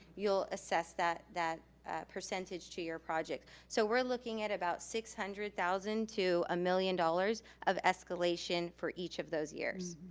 you'll assess that that percentage to your project. so we're looking at about six hundred thousand to a million dollars of escalation for each of those years,